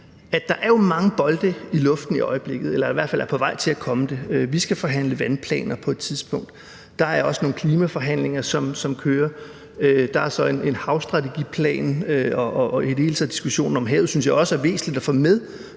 der jo er mange bolde i luften i øjeblikket eller i hvert fald på vej. Vi skal forhandle vandplaner på et tidspunkt, der også nogle klimaforhandlinger, som kører, der er en havstrategiplan og i det hele taget diskussionen om havet, som jeg også synes det er væsentligt at få med,